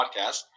podcast